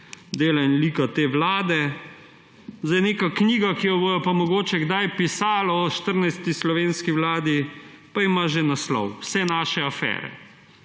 dela in lika te vlade. Neka knjiga, ki jo bodo mogoče kdaj pisali o 14. slovenski vladi, pa ima že naslov: Vse naše afere.